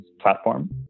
platform